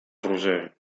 roser